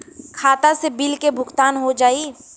खाता से बिल के भुगतान हो जाई?